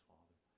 Father